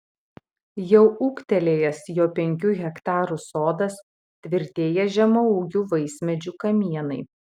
jau ūgtelėjęs jo penkių hektarų sodas tvirtėja žemaūgių vaismedžių kamienai